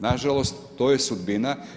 Na žalost to je sudbina.